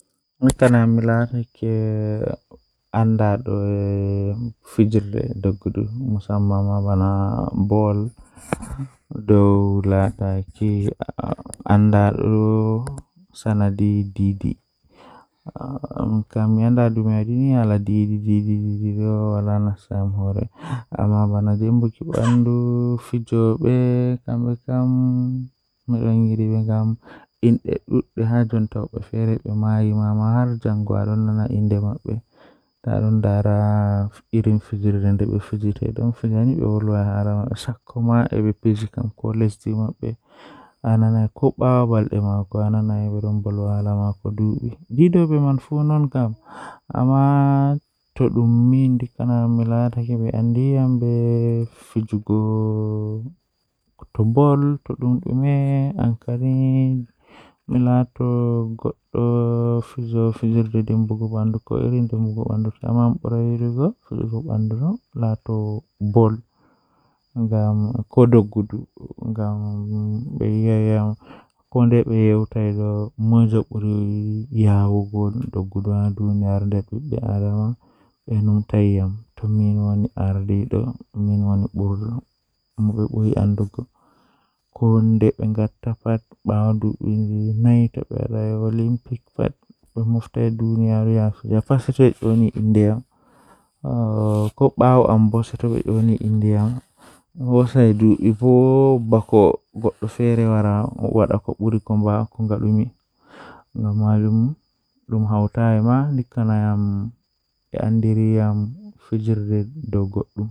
Jokkondir ndiyam ngam njillataa hakkunde, waawataa waɗude soap walla sabon. Foti waawaa njillataa cuuraande hakkunde, waawataa njiddude hawaɗe, daɗɗi e waawataa njiddude kalloji, kadi holla ɗiɗi. Hokkondir ndiyam ngam sabu njiddude cuuraande sabu. Njiddaade keɓa hannaajo kadi ɓuri njam sabu dawtude ngam holla.